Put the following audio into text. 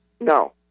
No